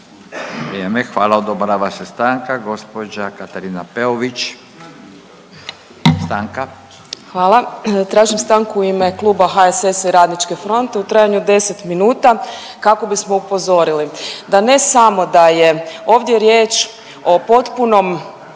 Katarina Peović, stanka. **Peović, Katarina (RF)** Hvala. Tražim stanku u ime Kluba HSS-a i Radničke fronte u trajanju od 10 minuta kako bismo upozorili da ne samo da je ovdje riječ o potpunom